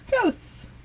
Ghosts